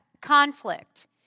conflict